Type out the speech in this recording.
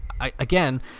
again